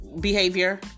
behavior